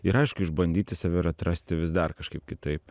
ir aišku išbandyti save ir atrasti vis dar kažkaip kitaip